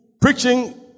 preaching